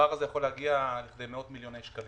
הפער הזה יכול להגיע למאות-מיליוני שקלים.